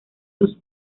sus